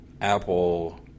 apple